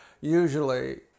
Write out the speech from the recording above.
usually